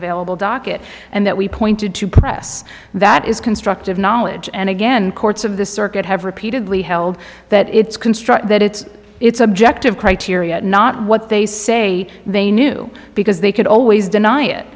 available docket and that we pointed to press that is constructive knowledge and again courts of the circuit have repeatedly held that it's construct that it's it's objective criteria not what they say they knew because they could always deny it